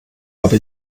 habe